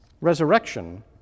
resurrection